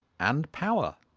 and power